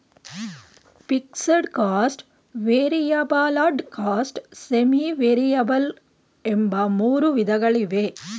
fixed cost, variable cost, semi variable ಎಂಬ ಮೂರು ವಿಧಗಳಿವೆ